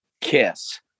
Kiss